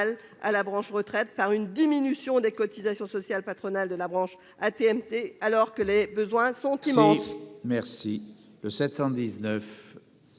de la branche retraite par une diminution des cotisations sociales patronales de la branche AT-MP, alors que les besoins sont immenses.